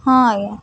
ହଁ ଆଜ୍ଞା